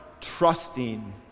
trusting